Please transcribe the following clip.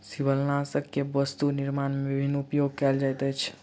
शिवालनाशक के वस्तु निर्माण में विभिन्न उपयोग कयल जाइत अछि